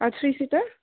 আৰু three seater